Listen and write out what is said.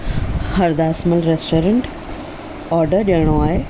Hardasmal restaurant order ॾेअणो आहे